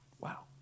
Wow